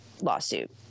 lawsuit